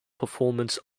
performance